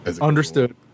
Understood